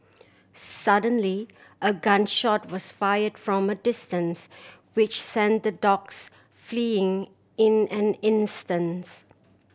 suddenly a gun shot was fire from a distance which sent the dogs fleeing in an instants